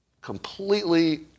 Completely